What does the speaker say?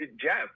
Jeff